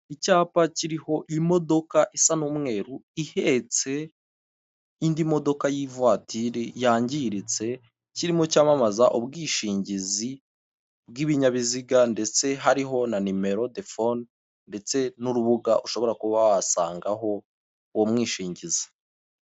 Icyapa kiriho imodoka isa n'umweru, ihetse indi modoka y'ivatiri yangiritse kirimo cyamamaza ubwishingizi bw'ibinyabiziga ndetse hariho na nimero de fone ndetse n'urubuga ushobora kuba wasangaho uwo umwishingizi.